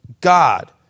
God